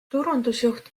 turundusjuht